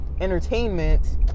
entertainment